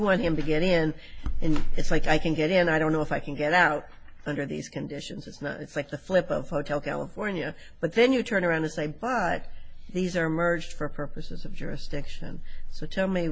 want him to get in and it's like i can get in i don't know if i can get out under these conditions it's not it's like the flip of hotel california but then you turn around and say but these are merged for purposes of jurisdiction so tell me